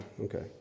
okay